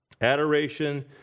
Adoration